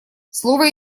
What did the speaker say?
слово